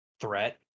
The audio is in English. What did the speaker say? threat